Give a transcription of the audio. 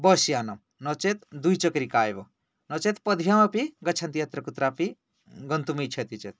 bus यानं नोचेत् द्विचक्रिका एव नोचेत् पद्भाम् अपि गच्छन्ति यत्र कुत्रापि गन्तुम् इच्छन्ति चेत्